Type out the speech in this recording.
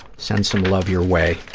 send some love your way,